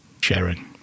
sharing